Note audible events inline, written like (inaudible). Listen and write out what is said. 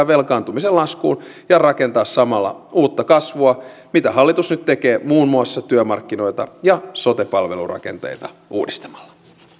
(unintelligible) velkaantumisen laskuun ja rakentaa samalla uutta kasvua mitä hallitus nyt tekee muun muassa työmarkkinoita ja sote palvelurakenteita uudistamalla